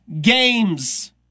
games